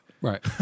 Right